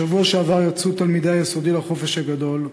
בשבוע שעבר יצאו תלמידי בתי-הספר היסודיים לחופש הגדול,